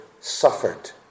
suffered